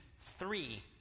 three